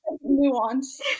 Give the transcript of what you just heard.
nuance